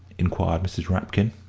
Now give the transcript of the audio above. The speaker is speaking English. inquired mrs. rapkin.